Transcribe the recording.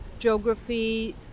Geography